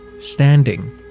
standing